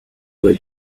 that